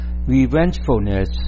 revengefulness